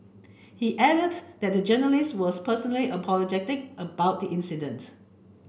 he added that the journalists were personally apologetic about the incident